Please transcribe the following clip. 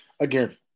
again